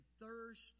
thirst